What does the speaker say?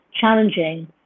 challenging